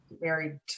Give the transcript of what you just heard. married